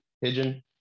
pigeon